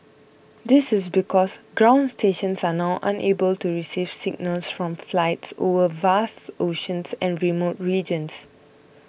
this is because ground stations are now unable to receive signals from flights over vast oceans and remote regions